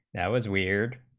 that was weird